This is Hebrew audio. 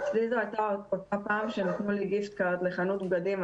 אצלי זו הייתה אותו פעם שנתנו לי גיפט קארד לחנות בגדים,